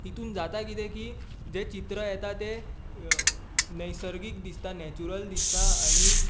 तेतूंत जाता कितें की जें चित्र येता तें नैसर्गीक दिसता नॅचुरल दिसता आनी